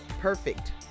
perfect